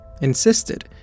insisted